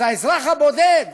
אז האזרח הבודד